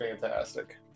fantastic